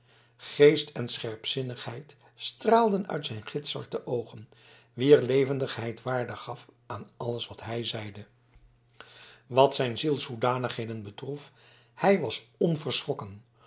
geest en scherpzinnigheid straalden uit zijn gitzwarte oogen wier levendigheid waarde gaf aan alles wat hij zeide wat zijn zielshoedanigheden betrof hij was